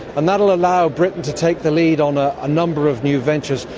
and that'll allow britain to take the lead on a ah number of new ventures.